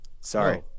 sorry